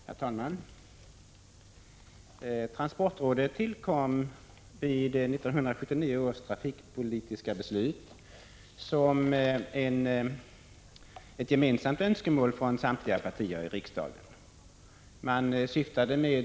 Herr talman! Transportrådet tillkom genom 1979 års trafikpolitiska beslut på gemensamt önskemål av samtliga partier i riksdagen.